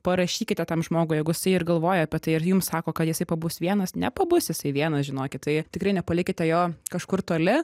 parašykite tam žmogui jeigu jisai ir galvoja apie tai ir jums sako kad jisai pabus vienas nepabus jisai vienas žinokit tai tikrai nepalikite jo kažkur toli